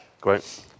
Great